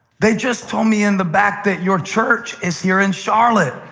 they just told me in the back that your church is here in charlotte.